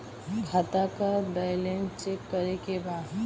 खाता का balance check करे के बा?